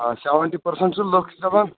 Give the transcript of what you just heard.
آ seventy percent چھِ لُکھ کھیوان